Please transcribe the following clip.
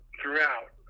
throughout